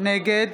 נגד